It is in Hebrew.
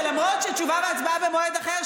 למרות שתשובה והצבעה במועד אחר,